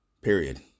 Period